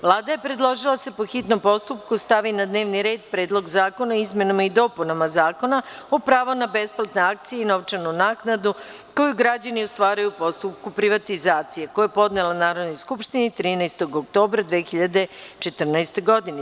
Vlada je predložila da se po hitnom postupku stavi na dnevni red Predlog zakona o izmenama i dopunama Zakona o pravu na besplatne akcije i novčanu naknadu koju građani ostvaruju u postupku privatizacije, koji je podnela Narodnoj skupštini 13. oktobra 2014. godine.